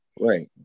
right